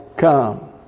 come